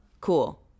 Cool